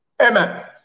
Amen